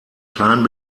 kleinen